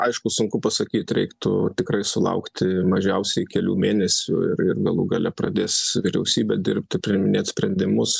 aišku sunku pasakyt reiktų tikrai sulaukti mažiausiai kelių mėnesių ir ir galų gale pradės vyriausybė dirbti priiminėt sprendimus